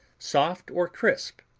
soft or crisp,